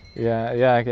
yeah yeah, yeah,